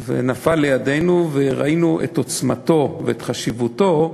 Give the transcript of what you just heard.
ונפל לידינו וראינו את עוצמתו ואת חשיבותו,